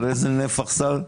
על איזה נפח סל מדובר?